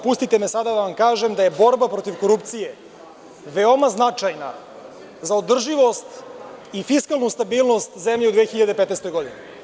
Pustite me sada da vam kažem da je borba protiv korupcije veoma značajna za održivost i fiskalnu stabilnost zemlje u 2015. godini.